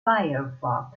firefox